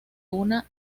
una